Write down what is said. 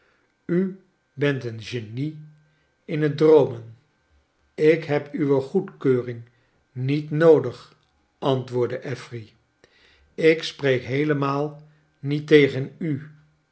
u bent een genie in het droomen ik heb uw goedkeuring niet noodig antwoordde affery ik spreek heelemaal niet tegen u